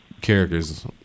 characters